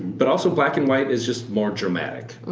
but also, black and white is just more dramatic.